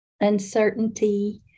uncertainty